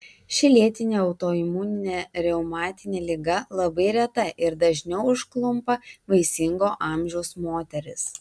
ši lėtinė autoimuninė reumatinė liga labai reta ir dažniau užklumpa vaisingo amžiaus moteris